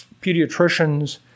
Pediatricians